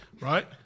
Right